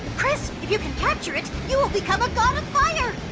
chris, if you can capture it, you will become a god of fire!